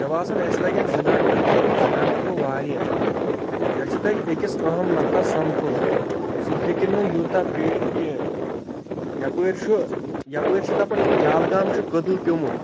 مےٚ باسان اَسہِ لگن زٕ گنٛٹہٕ زٕ گنٛٹہٕ گوٚو وارِیاہ مےٚ چھُ تَتہِ أکِس أہم نفرس سمکھُن سُہ ہیٚکہِ نہٕ یوٗتاہ پیٲرِتھ کیٚنٛہہ یپٲرۍ چھُ یپٲرۍ چھِ دَپان دٮ۪لہٕ گام چھُ قٔدٕل پیوٚمُت